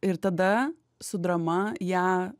ir tada su drama ją